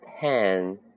pen